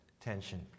tension